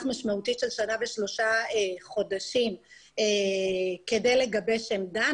משמעותית של שנה ושלושה חודשים כיד לגבש עמדה.